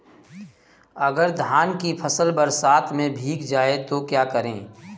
अगर धान की फसल बरसात में भीग जाए तो क्या करें?